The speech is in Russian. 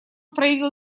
проявил